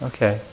Okay